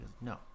no